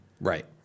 Right